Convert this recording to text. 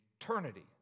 eternity